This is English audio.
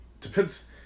depends